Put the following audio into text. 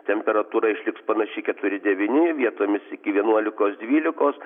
temperatūra išliks panaši keturi devyni vietomis iki vienuolikos dvylikos